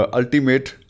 ultimate